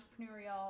entrepreneurial